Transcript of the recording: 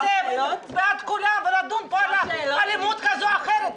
זה ובעד כולם ולדון פה על אלימות כזו או אחרת.